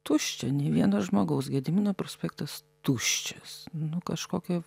tuščia nei vieno žmogaus gedimino prospektas tuščias nu kažkokio